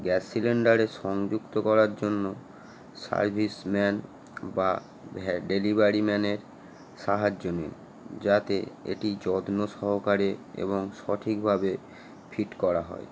gas সিলিন্ডারে সংযুক্ত করার জন্য সার্ভিস ম্যান বা হ্যাঁ ডেলিভারি ম্যানের সাহায্য নিন যাতে এটি যত্ন সহকারে এবং সঠিকভাবে ফিট করা হয়